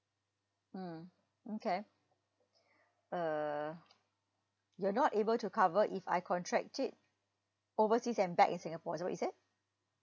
mm okay uh you're not able to cover if I contract it overseas and back in singapore is that what you said